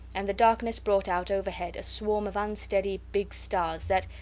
and the darkness brought out overhead a swarm of unsteady, big stars, that,